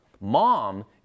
mom